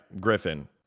griffin